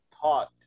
taught